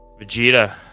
vegeta